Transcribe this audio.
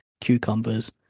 cucumbers